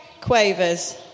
quavers